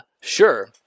Sure